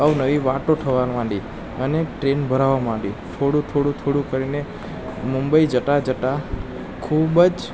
અવનવી વાતો થવા માંડી અને ટ્રેન ભરાવા માંડી થોડું થોડું થોડું કરીને મુંબઈ જતાં જતાં ખૂબ જ